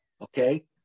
Okay